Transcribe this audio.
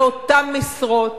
באותן משרות.